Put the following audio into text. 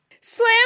Slam